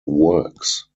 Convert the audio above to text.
works